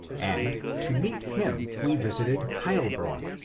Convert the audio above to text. and to meet him we visited heilbronn.